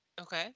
Okay